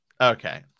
okay